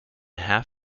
half